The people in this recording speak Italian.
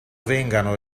vengano